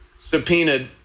subpoenaed